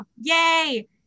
Yay